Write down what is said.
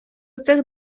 цих